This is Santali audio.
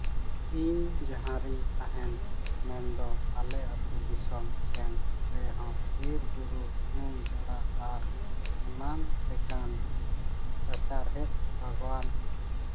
ᱤᱧ ᱡᱟᱦᱟᱸ ᱨᱤᱧ ᱛᱟᱦᱮᱱ ᱢᱮᱱᱫᱚ ᱟᱞᱮ ᱟᱹᱛᱩ ᱫᱤᱥᱚᱢ ᱥᱮᱫ ᱨᱮ ᱦᱚᱸ ᱵᱤᱨ ᱵᱩᱨᱩ ᱱᱟᱹᱭ ᱜᱟᱰᱟ ᱟᱨ ᱮᱢᱟᱱ ᱞᱮᱠᱟᱱ ᱥᱟᱪᱟᱨᱦᱮᱫ ᱵᱟᱜᱽᱣᱟᱱ